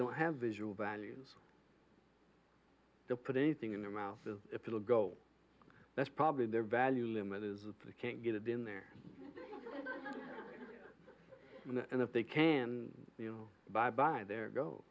don't have visual values to put anything in their mouth if you will go that's probably their value limit is that they can't get it in their and if they can you know by by